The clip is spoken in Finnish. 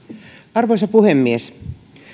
arvoisa puhemies